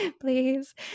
please